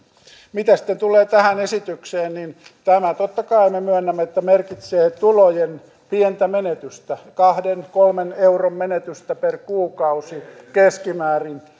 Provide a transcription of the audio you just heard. mitä sitten tulee tähän esitykseen tämä totta kai me myönnämme merkitsee tulojen pientä menetystä kahden viiva kolmen euron menetystä per kuukausi keskimäärin